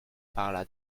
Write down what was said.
par